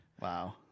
Wow